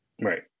right